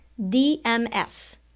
DMS